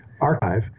archive